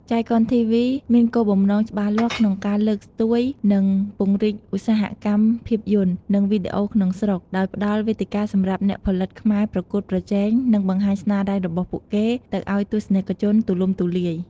ចៃកុនធីវី មានគោលបំណងច្បាស់លាស់ក្នុងការលើកស្ទួយ និងពង្រីកឧស្សាហកម្មភាពយន្ត និងវីដេអូក្នុងស្រុក ដោយផ្តល់វេទិកាសម្រាប់អ្នកផលិតខ្មែរប្រកួតប្រជែង និងបង្ហាញស្នាដៃរបស់ពួកគេ ទៅឱ្យទស្សនិកជនទូលំទូលាយ។